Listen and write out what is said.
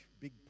big